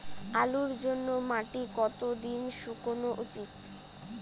আলুর জন্যে মাটি কতো দিন শুকনো উচিৎ?